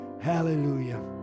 Hallelujah